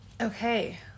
okay